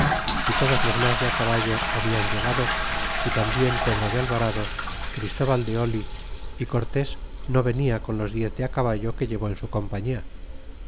y todos los mas de caballo hablan llegado y lambien pedro de alvarado christóval de oh y cortes no venia con los diez de caballo que llevó en su compañia